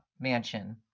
mansion